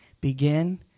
Begin